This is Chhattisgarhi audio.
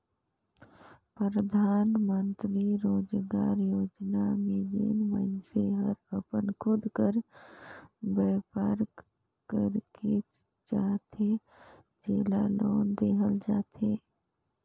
परधानमंतरी रोजगार योजना में जेन मइनसे हर अपन खुद कर बयपार करेक चाहथे जेला लोन देहल जाथे